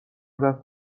رفت